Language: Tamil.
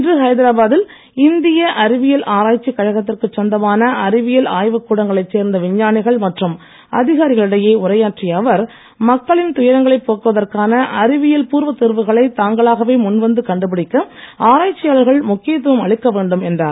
இன்று ஹைதராபாதில் இந்திய அறிவியல் ஆராய்ச்சி கழகத்திற்குச் சொந்தமான அறிவியல் ஆய்வுக் கூடங்களை சேர்ந்த விஞ்ஞானிகள் மற்றும் அதிகாரிகளிடையே உரையாற்றிய அவர் மக்களின் துயரங்களை போக்குவதற்கான அறிவியல் பூர்வ தீர்வுகளை தாங்களாகவே முன்வந்து கண்டுபிடிக்க முக்கியத்துவம் அளிக்க வேண்டும் என்றார்